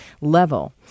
level